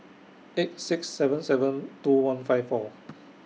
eight six seven seven two one five four